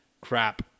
Crap